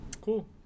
Cool